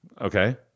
Okay